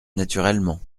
naturellement